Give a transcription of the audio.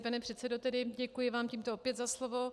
Pane předsedo, děkuji vám tímto opět za slovo.